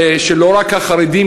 שלא רק החרדים,